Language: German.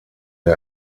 der